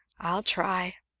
i'll try.